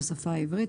בשפה העברית,